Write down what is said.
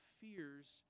fears